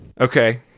Okay